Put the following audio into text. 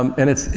um and it's,